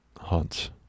hunts